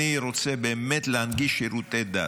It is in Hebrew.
אני רוצה באמת להנגיש שירותי דת,